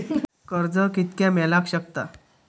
कर्ज कितक्या मेलाक शकता?